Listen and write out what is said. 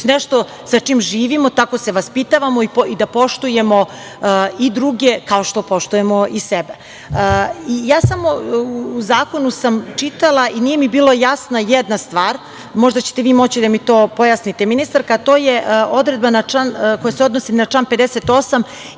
nešto sa čime živimo, tako se vaspitavamo i da poštujemo i druge, kao što poštujemo i sebe.U zakonu sam čitala i nije mi bila jasna jedna stvar, možda ćete moći da mi to pojasnite ministarka. To je odredba koja se odnosi na član 58. i